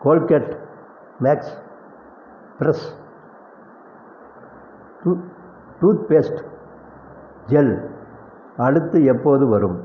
Colgate max fresh tooth toothpaste gel அடுத்து எப்போது வரும்